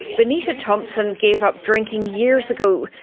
bonita thompson gave up drinking years ago,